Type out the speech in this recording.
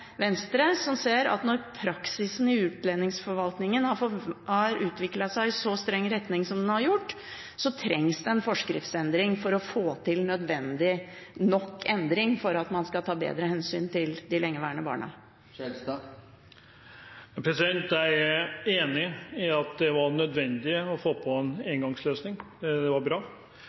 Venstre i at når praksisen i utlendingsforvaltningen har utviklet seg i så streng retning som den har gjort, trengs det en forskriftsendring for å få til nødvendige endringer for at man skal ta bedre hensyn til de lengeværende barna. Jeg er enig i at det var nødvendig å få på plass en engangsløsning. Det var bra.